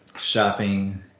shopping